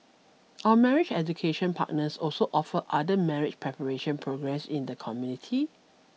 our marriage education partners also offer other marriage preparation programmes in the community